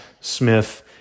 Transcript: Smith